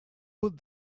put